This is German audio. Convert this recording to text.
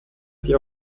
die